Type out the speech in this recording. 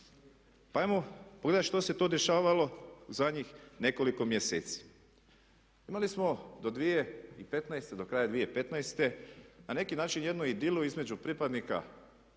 Ajmo pogledati što se to dešavalo u zadnjih nekoliko mjeseci. Imali smo do 2015., do kraja 2015. na neki način jednu idilu između pripadnika,